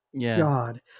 God